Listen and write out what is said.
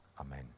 amen